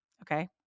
okay